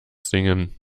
singen